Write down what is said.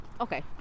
Okay